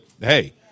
hey